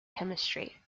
chemistry